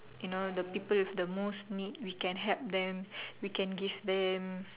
you know the people with the most need we can help them we can give them